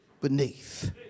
beneath